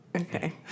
Okay